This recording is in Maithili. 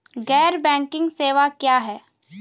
गैर बैंकिंग सेवा क्या हैं?